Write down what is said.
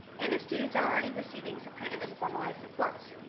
and if students are already receiving some kind of informally support.